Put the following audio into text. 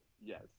Yes